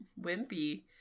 wimpy